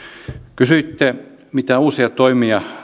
kysyitte mitä uusia toimia